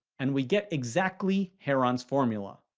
and we get exactly heron's formula.